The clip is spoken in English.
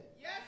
Yes